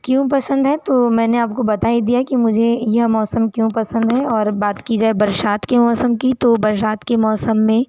क्यों पसंद है तो मैंने आपको बता ही दिया है कि मुझे ये मौसम क्यों पसंद है और बात की जाए बरसात के मौसम की तो बरसात के मौसम में